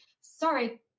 Sorry